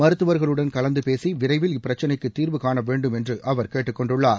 மருத்துவர்களுடன் கலந்து பேசி விரைவில் இப்பிரச்சனைக்கு தீர்வு காணவேண்டும் என்று அவர் கேட்டுக்கொண்டுள்ளார்